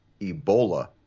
Ebola